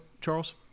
Charles